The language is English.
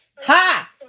Ha